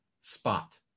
spot